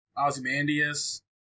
Ozymandias